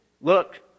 look